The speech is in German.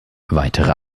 weitere